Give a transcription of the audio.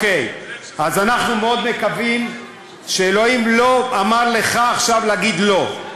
אז אנחנו מאוד מקווים שאלוהים לא אמר לך עכשיו להגיד לא.